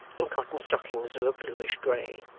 and cotton stockings of a bluish grey.